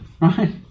right